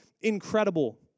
incredible